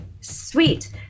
Sweet